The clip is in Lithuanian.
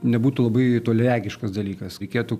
nebūtų labai toliaregiškas dalykas reikėtų